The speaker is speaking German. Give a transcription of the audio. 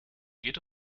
geht